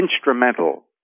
instrumental